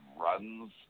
runs